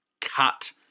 cut